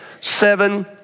seven